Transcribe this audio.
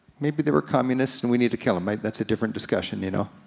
maybe they were communists and we need to kill em, that's a different discussion, you know.